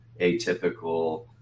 atypical